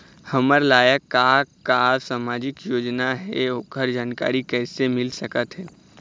हमर लायक का का सामाजिक योजना हे, ओकर जानकारी कइसे मील सकत हे?